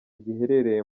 giherereye